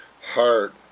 heart